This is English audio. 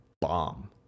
bomb